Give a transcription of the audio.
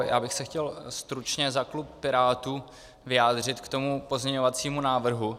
Já bych se chtěl stručně za klub Pirátů vyjádřit k tomu pozměňovacímu návrhu.